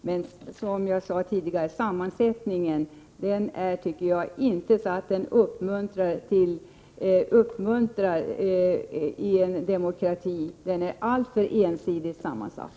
Men nämndens sammansättning, som jag sade tidigare, är inte precis uppmuntrande i en demokrati. Nämnden är alltför ensidigt sammansatt.